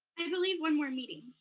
i believe one more meeting.